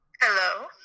Hello